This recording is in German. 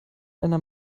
einer